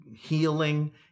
healing